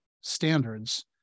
standards